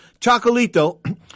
Chocolito